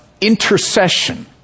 intercession